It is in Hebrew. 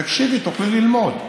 תקשיבי, תוכלי ללמוד.